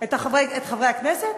את חברי הכנסת?